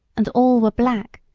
and all were black,